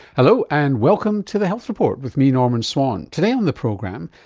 hello and welcome to the health report with me, norman swan. today on the program,